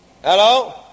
Hello